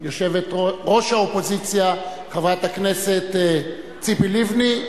ראש האופוזיציה, חברת הכנסת ציפי לבני,